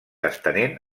estenent